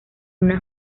una